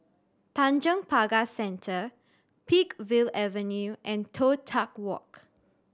Tanjong Pagar Centre Peakville Avenue and Toh Tuck Walk